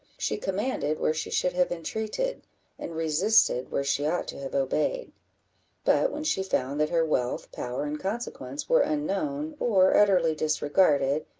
she commanded where she should have entreated, and resisted where she ought to have obeyed but when she found that her wealth, power, and consequence were unknown, or utterly disregarded,